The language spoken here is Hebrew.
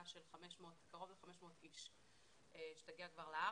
של קרוב ל-500 איש שתגיע כבר לארץ.